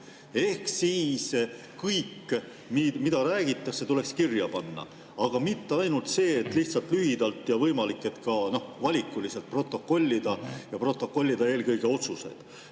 Ehk siis kõik, mida räägitakse, tuleks kirja panna, mitte ainult lihtsalt lühidalt ja võimalik, et ka valikuliselt protokollida, ja protokollida eelkõige otsused.